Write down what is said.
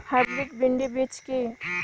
Hybrid ভীন্ডি বীজ কি?